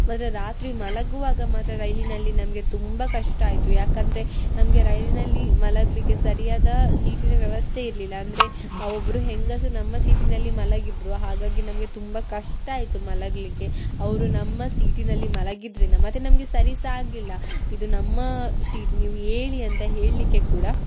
ಮತ್ತು ರಾತ್ರಿ ಮಲಗುವಾಗ ಮಾತ್ರ ರೈಲಿನಲ್ಲಿ ನಮಗೆ ತುಂಬ ಕಷ್ಟ ಆಯಿತು ಯಾಕಂದರೆ ನಮಗೆ ರೈಲಿನಲ್ಲಿ ಮಲಗಲಿಕ್ಕೆ ಸರಿಯಾದ ಸೀಟಿನ ವ್ಯವಸ್ಥೆ ಇರಲಿಲ್ಲ ಅಂದರೆ ಅವ್ ಒಬ್ಬರು ಹೆಂಗಸು ನಮ್ಮ ಸೀಟಿನಲ್ಲಿ ಮಲಗಿದ್ದರು ಹಾಗಾಗಿ ನಮಗೆ ತುಂಬ ಕಷ್ಟ ಆಯಿತು ಮಲಗಲಿಕ್ಕೆ ಅವರು ನಮ್ಮ ಸೀಟಿನಲ್ಲಿ ಮಲಗಿದ್ದರಿಂದ ಮತ್ತು ನಮಗೆ ಸರಿ ಸಹ ಆಗಲಿಲ್ಲ ಇದು ನಮ್ಮ ಸೀಟು ನೀವು ಏಳಿ ಅಂತ ಹೇಳಲಿಕ್ಕೆ ಕೂಡ